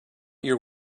your